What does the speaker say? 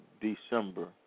December